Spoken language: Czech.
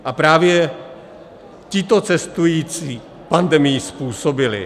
A právě tito cestující pandemii způsobili.